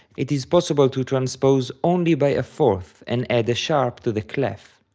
it is possible to transpose only by a fourth and add a sharp to the clef.